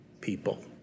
people